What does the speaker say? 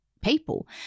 people